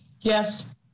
Yes